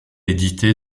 éditée